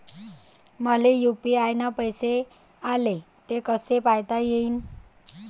मले यू.पी.आय न पैसे आले, ते कसे पायता येईन?